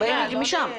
הם באים משם.